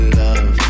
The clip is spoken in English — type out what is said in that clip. love